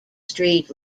street